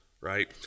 Right